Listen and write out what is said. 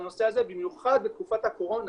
במיוחד בתקופת הקורונה,